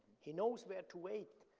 he knows where to wait,